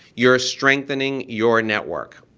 you're strengthening your network.